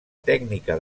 tècnica